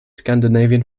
scandinavian